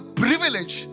privilege